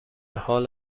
حال